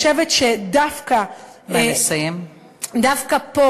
אני חושבת שדווקא פה,